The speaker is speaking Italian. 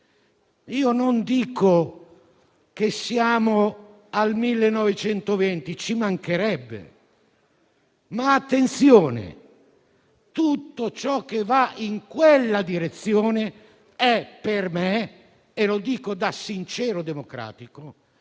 Non dico che siamo nel 1920, ci mancherebbe, ma bisogna fare attenzione: tutto ciò che va in quella direzione per me - e lo dico da sincero democratico